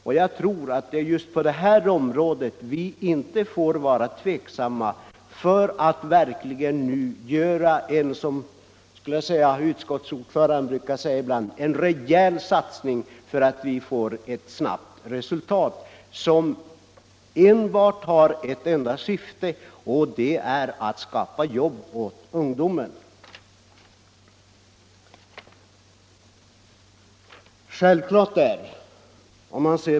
Därför vill jag än en gång poängtera att vi inte får tveka att göra en, som utskottets ordförande brukar säga, rejäl satsning för att uppnå ett snabbt resultat. Denna satsning har ett enda syfte, och det är att skaffa jobb åt ungdomen.